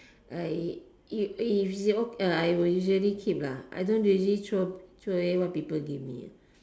I if if I'll usually keep I don't really throw throw away what people give me